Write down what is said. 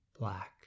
black